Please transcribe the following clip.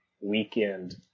weekend